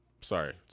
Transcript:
Sorry